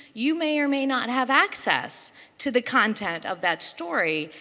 you may or may not have access to the content of that story.